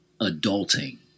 adulting